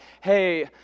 hey